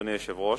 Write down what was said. אדוני היושב-ראש,